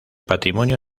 patrimonio